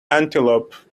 antelope